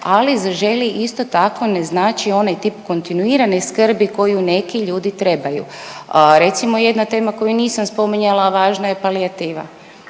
ali „Zaželi“ isto tako ne znači onaj tip kontinuirane skrbi koju neki ljudi trebaju. Recimo jedna tema koju nisam spominjala, a važna je, palijativa.